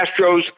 Astros